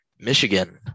Michigan